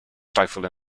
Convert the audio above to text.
stifle